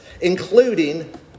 including